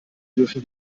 dürfen